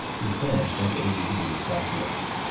we finished at eighty degrees celsius.